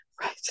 Right